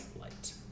light